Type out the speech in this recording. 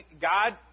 God